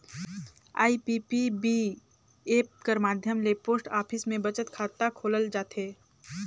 IPPB app कर माध्यम ले पोस्ट ऑफिस में बचत खाता खोलल जाथे